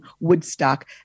Woodstock